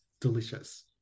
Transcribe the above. delicious